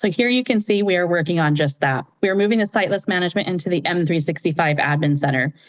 so here, you can see we are working on just that. we're moving a site list management into the m three six five admin center.